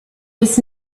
was